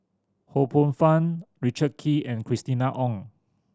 Ho Poh Fun Richard Kee and Christina Ong